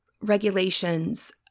regulations